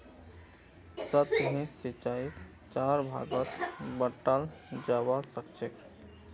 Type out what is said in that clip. सतही सिंचाईक चार भागत बंटाल जाबा सखछेक